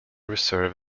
reserve